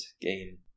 game